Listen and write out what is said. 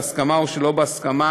בהסכמה או שלא בהסכמה